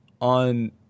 on